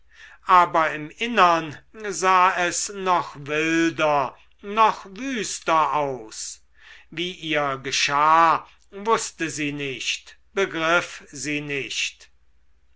aber im innern sah es noch wilder noch wüster aus wie ihr geschah wußte sie nicht begriff sie nicht